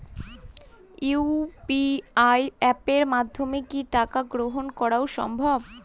UPI অ্যাপের মাধ্যমে কি টাকা গ্রহণ করাও সম্ভব?